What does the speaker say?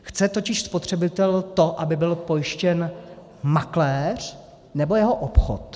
Chce totiž spotřebitel to, aby byl pojištěn makléř, nebo jeho obchod?